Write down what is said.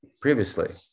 previously